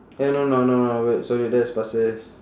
eh no no no no wait sorry that's pasir ris